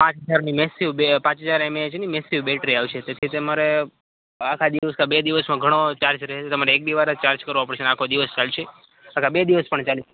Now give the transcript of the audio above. પાંચ હજારની મેસીવ બેટ પાંચ હજાર એમએએચની મેસીવ બેટરી આવશે તેથી તમારે આખા દિવસનો બે દિવસમાં તમારે ઘણો ચાર્જ કરવો પડે તમારે એક બે વાર જ ચાર્જ કરવો પડેશે ને આખો દિવસ ચાલશે બે દિવસ પણ ચાલી